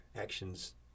actions